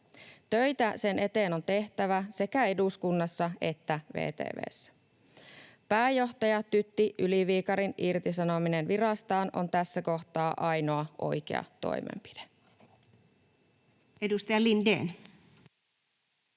Töitä sen eteen on tehtävä sekä eduskunnassa että VTV:ssä. Pääjohtaja Tytti Yli-Viikarin irtisanominen virastaan on tässä kohtaa ainoa oikea toimenpide. [Speech 23]